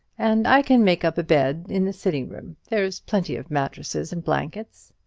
and i can make up a bed in the sitting-room there's plenty of mattresses and blankets.